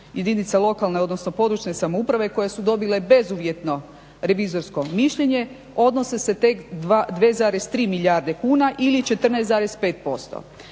jedinica lokalne odnosno područne samouprave koje su dobile bezuvjetno revizorsko mišljenje odnose se tek 2,3 milijarde kuna ili 14,5%